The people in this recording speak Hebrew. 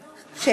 לבנקים.